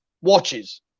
watches